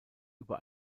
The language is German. über